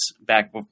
back